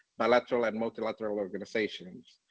bilateral and multilateral organisations.